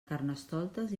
carnestoltes